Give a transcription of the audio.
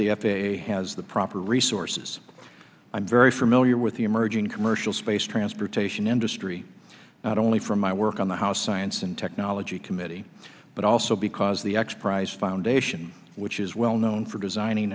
a has the proper resources i'm very familiar with the emerging commercial space transportation industry not only for my work on the house science and technology committee but also because the x prize foundation which is well known for designing